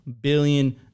billion